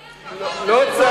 לא,